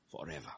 forever